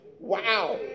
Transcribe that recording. Wow